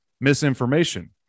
misinformation